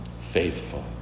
faithful